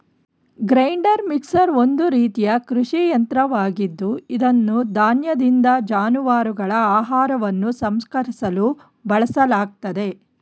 grinder mixer ಒಂದು ರೀತಿಯ ಕೃಷಿ ಯಂತ್ರವಾಗಿದ್ದು ಇದನ್ನು ಧಾನ್ಯದಿಂದ ಜಾನುವಾರುಗಳ ಆಹಾರವನ್ನು ಸಂಸ್ಕರಿಸಲು ಬಳಸಲಾಗ್ತದೆ